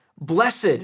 blessed